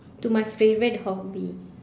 to my favourite hobby